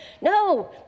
No